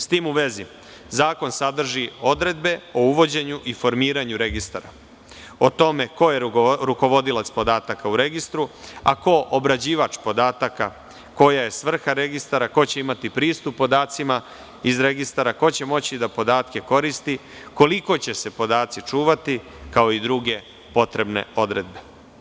S tim u vezi, zakon sadrži odredbe o uvođenju i formiranju registara, o tome ko je rukovodilac podataka u registru, a ko obrađivač podataka, koja je svrha registara, ko će imati pristup podacima iz registara, ko će moći podatke da koristi, koliko će podaci čuvati, kao i druge potrebne odredbe.